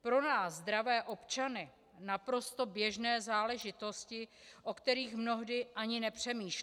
Pro nás, zdravé občany, naprosto běžné záležitosti, o kterých mnohdy ani nepřemýšlíme.